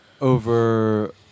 over